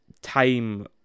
time